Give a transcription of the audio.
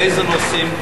לאיזה נושאים.